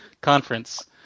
conference